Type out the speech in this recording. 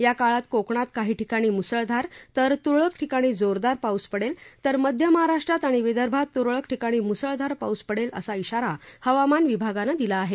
या काळात कोकणात काही ठिकाणी मुसळधार तर तुरळक ठिकाणी जोरदार पाऊस पडेल तर मध्य महाराष्ट्रात आणि विदर्भात तुरळक ठिकाणी मुसळधार पाऊस पडेल असा श्राारा हवामान विभागानं दिला आहे